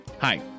Hi